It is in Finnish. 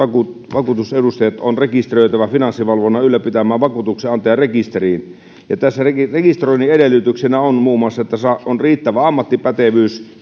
vakuutusedustajat on rekisteröitävä finanssivalvonnan ylläpitämään vakuutuksenantajarekisteriin tässä rekisteröinnin edellytyksenä on muun muassa se että on riittävä ammattipätevyys